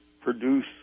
produce